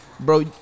Bro